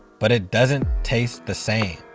but it doesn't taste the same.